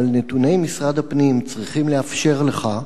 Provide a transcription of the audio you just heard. אבל נתוני משרד הפנים צריכים לאפשר לך,